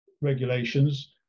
regulations